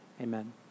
Amen